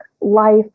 life